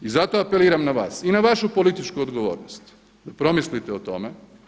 I zato apeliram na vas i na vašu političku odgovornost promislite o tome.